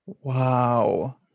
Wow